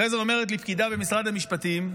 אחרי זה אומרת לי פקידה במשרד המשפטים,